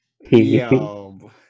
Yo